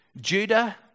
Judah